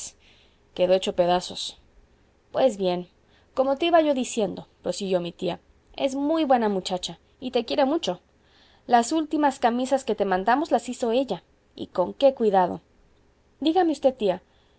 quedó hecho pedazos pues bien como te iba yo diciendo prosiguió mi tía es muy buena muchacha y te quiere mucho las últimas camisas que te mandamos las hizo ella y con qué cuidado dígame usted tía